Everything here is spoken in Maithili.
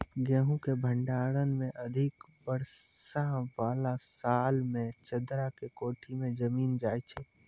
गेहूँ के भंडारण मे अधिक वर्षा वाला साल मे चदरा के कोठी मे जमीन जाय छैय?